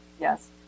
Yes